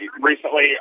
recently